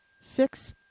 six